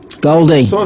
Goldie